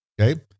okay